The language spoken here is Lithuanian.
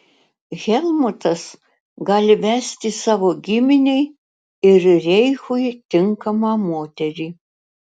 helmutas gali vesti savo giminei ir reichui tinkamą moterį